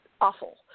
awful